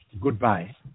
Goodbye